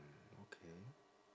mm okay